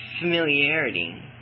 familiarity